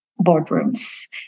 boardrooms